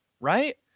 right